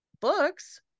books